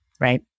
right